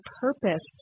purpose